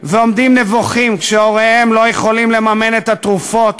ועומדים נבוכים כשהוריהם לא יכולים לממן את התרופות